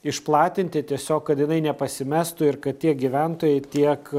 išplatinti tiesiog kad jinai nepasimestų ir kad tiek gyventojai tiek